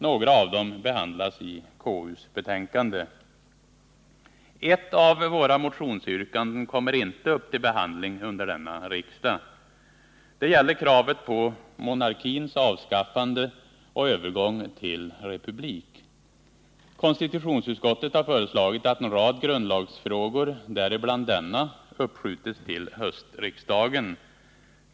Några av dem behandlas i KU:s betänkande. Ett av våra motionsyrkanden kommer inte upp till behandling under denna riksdag. Det gäller kravet på monarkins avskaffande och övergång till republik. Konstitutionsutskottet har föreslagit att en rad grundlagsfrågor, däribland denna, uppskjuts till höstriksdagen.